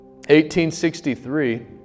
1863